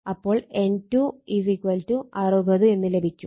അപ്പോൾ N2 60 എന്ന് ലഭിക്കും